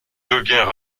devient